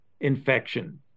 infection